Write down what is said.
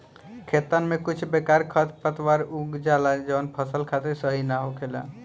खेतन में कुछ बेकार खरपतवार उग जाला जवन फसल खातिर सही ना होखेला